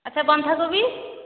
ଆଛା ବନ୍ଧାକୋବି